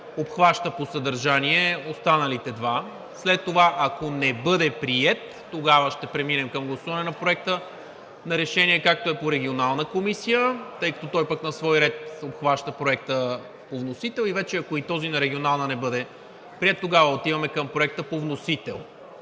обхваща по съдържание останалите два. След това, ако не бъде приет, тогава ще преминем към гласуване на Проекта на решение, както е по Регионална комисия, тъй като той пък на свой ред обхваща Проекта по вносител. И вече, ако и този на Регионална не бъде приет, тогава отиваме към Проекта по вносител.